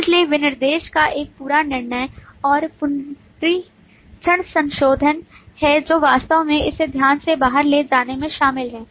इसलिए विनिर्देश का एक पूरा निर्णय और पुनरीक्षण संशोधन है जो वास्तव में इसे ध्यान से बाहर ले जाने में शामिल है